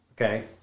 okay